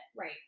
right